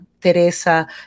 Teresa